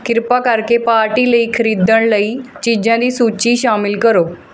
ਕਿਰਪਾ ਕਰਕੇ ਪਾਰਟੀ ਲਈ ਖਰੀਦਣ ਲਈ ਚੀਜ਼ਾਂ ਦੀ ਸੂਚੀ ਸ਼ਾਮਿਲ ਕਰੋ